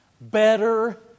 better